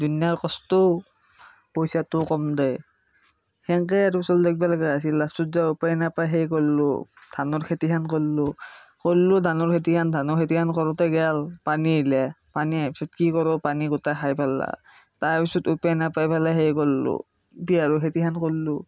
দুনীয়াৰ কষ্টও পইচাটোও কম দেই সেনেকৈ আৰু চলি থাকিব লগা হৈছিল লাষ্টত ইতা উপায় নাপাই সেই কৰিলো ধানৰ খেতিখান কৰিলোঁ কৰিলো ধানৰ খেতিখান ধানৰ খেতিখান কৰোতে গ'ল পানী আহিলে পানী অহাৰ পাছত কি কৰো পানী গোটাই খাই পেল্লা তাৰপিছত উপায় নাপাই পেলাই সেই কৰিলো বেহাৰৰ খেতিখান কৰিলোঁ